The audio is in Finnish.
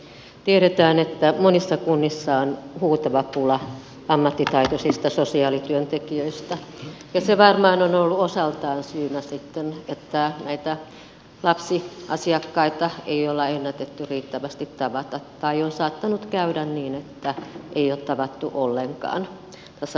tiedetään että monissa kunnissa on huutava pula ammattitaitoisista sosiaalityöntekijöistä ja se varmaan on ollut osaltaan syynä kun näitä lapsiasiakkaita ei ole ennätetty riittävästi tavata tai on saattanut käydä niin että ei ole tavattu ollenkaan tässä lastensuojelutyössä